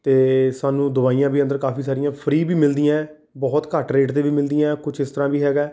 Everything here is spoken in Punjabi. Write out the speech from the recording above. ਅਤੇ ਸਾਨੂੰ ਦਵਾਈਆਂ ਵੀ ਅੰਦਰ ਕਾਫ਼ੀ ਸਾਰੀਆਂ ਫ੍ਰੀ ਵੀ ਮਿਲਦੀਆਂ ਹੈ ਬਹੁਤ ਘੱਟ ਰੇਟ 'ਤੇ ਵੀ ਮਿਲਦੀਆਂ ਹੈ ਕੁਛ ਇਸ ਤਰ੍ਹਾਂ ਵੀ ਹੈਗਾ